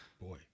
boy